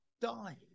die